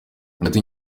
hagati